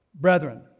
Brethren